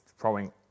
throwing